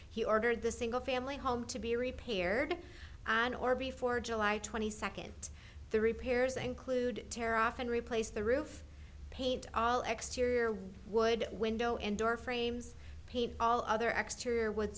he ordered the single family home to be repaired and or before july twenty second the repairs include tear off and replace the roof paint all exterior wood window and door frames paint all other extra or wo